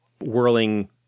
whirling